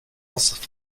else